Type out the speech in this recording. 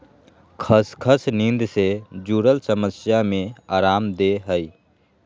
खसखस नींद से जुरल समस्या में अराम देय हइ